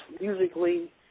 musically